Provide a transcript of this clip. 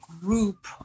group